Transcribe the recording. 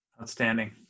Outstanding